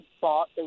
bought